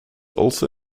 also